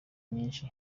nyinshi